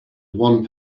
one